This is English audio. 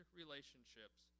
relationships